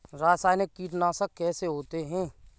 रासायनिक कीटनाशक कैसे होते हैं?